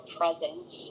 presence